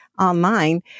online